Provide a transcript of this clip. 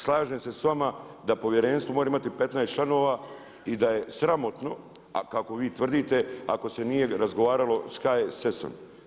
Slažem se s vama da povjerenstvo može imati 15 članova i da je sramotno a kako vi tvrdite ako se nije razgovaralo sa HSS-om.